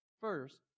First